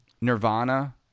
nirvana